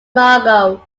margo